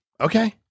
Okay